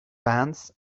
pants